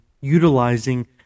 utilizing